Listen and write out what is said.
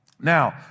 Now